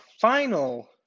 final